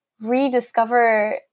rediscover